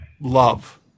love